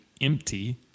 empty